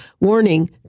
warning